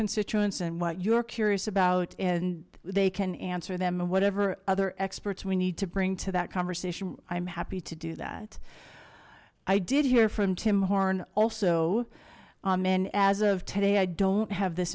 constituents and what you're curious about and they can answer them and whatever other experts we need to bring to that conversation i'm happy to do that i did hear from tim horne also a man as of today i don't have this